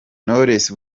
knowless